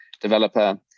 developer